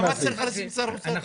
למה צריך לשים שר אוצר כאן?